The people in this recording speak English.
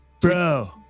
Bro